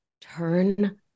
turn